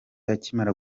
akimara